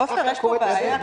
עפר, יש פה בעיה.